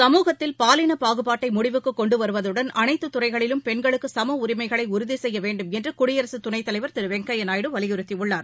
சமூகத்தில் பாலின பாகுபாட்டை முடிவுக்கு கொண்டு வருவதுடன் அனைத்து துறைகளிலும் பெண்களுக்கு சம உரிமைகளை உறுதி செய்ய வேண்டும் என்று குடியரசுத் துணைத்தலைவா் திரு வெங்கையா நாயுடு வலியுறுத்தியுள்ளார்